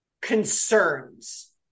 concerns